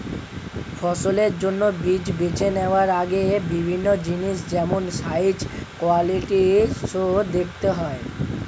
ফসলের জন্য বীজ বেছে নেওয়ার আগে বিভিন্ন জিনিস যেমন সাইজ, কোয়ালিটি সো দেখতে হয়